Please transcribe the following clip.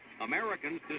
Americans